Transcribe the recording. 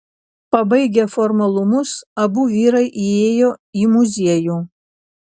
pabaigę formalumus abu vyrai įėjo į muziejų